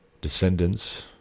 Descendants